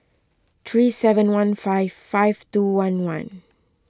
three seven one five five two one one